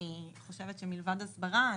אני חושבת שמלבד הסברה,